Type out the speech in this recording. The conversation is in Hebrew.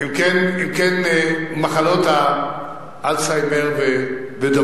הם הציעו הצעה לסדר, אבל,